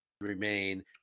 remain